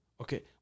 Okay